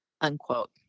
unquote